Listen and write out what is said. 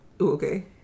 Okay